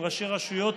עם ראשי רשויות,